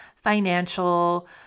financial